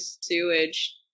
sewage